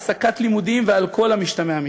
הפסקת לימודים וכל המשתמע מכך,